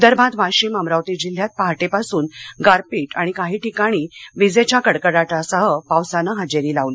विदर्भातही वाशिम अमरावती जिल्ह्यात पहाटेपासून गारपीट आणि काही ठिकाणी विजेच्या कडकडाटासह पावसानं हजेरी लावली